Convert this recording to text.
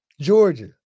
Georgia